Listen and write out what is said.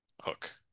hook